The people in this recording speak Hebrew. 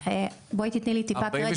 בואי תני לי טיפה קרדיט.